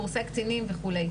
קורסי קצינים וכו'.